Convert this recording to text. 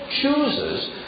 chooses